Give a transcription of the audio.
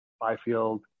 byfield